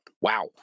wow